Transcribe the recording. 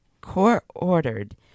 court-ordered